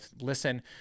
listen